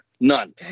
None